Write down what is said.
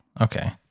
okay